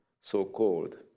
so-called